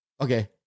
Okay